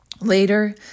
Later